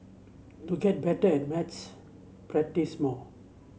to get better at maths practise more